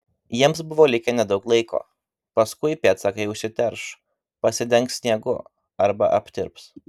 jiems buvo likę nedaug laiko paskui pėdsakai užsiterš pasidengs sniegu arba aptirps